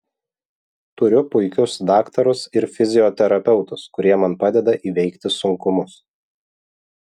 turiu puikius daktarus ir fizioterapeutus kurie man padeda įveikti sunkumus